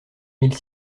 mille